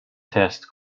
test